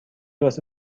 واسه